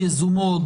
יזומות,